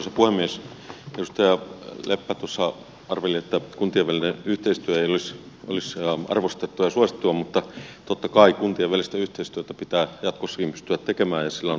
edustaja leppä tuossa arveli että kuntien välinen yhteistyö ei olisi arvostettua ja suosittua mutta totta kai kuntien välistä yhteistyötä pitää jatkossakin pystyä tekemään ja sillä on oma paikkansa